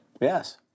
Yes